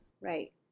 right